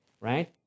right